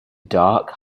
dark